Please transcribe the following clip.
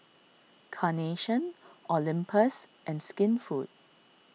Carnation Olympus and Skinfood